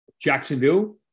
Jacksonville